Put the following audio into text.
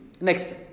Next